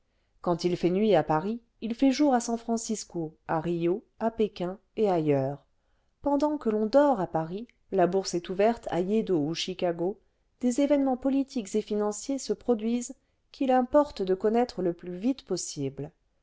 quand il fait nuit à paris il fait jour à san-francisco à rio à pékin et ailleurs pendant que l'on dort à paris la bourse est ouverte à yédo ou chicago des événements politiques et financiers se produisent qu'il importe de connaître le plus vite possible